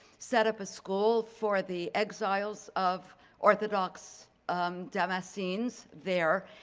set up a school for the exiles of orthodox um damascenes there,